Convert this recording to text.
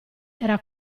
era